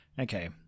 Okay